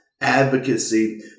advocacy